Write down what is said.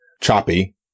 choppy